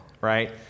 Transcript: right